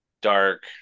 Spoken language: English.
dark